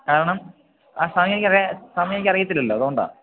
കാരണം ആ സമയം സമയം എനിക്കറിയില്ലല്ലോ അതുകൊണ്ടാണ്